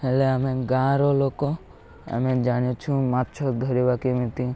ହେଲେ ଆମେ ଗାଁର ଲୋକ ଆମେ ଜାଣିଛୁ ମାଛ ଧରିବା କେମିତି